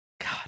God